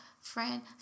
friend